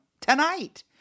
tonight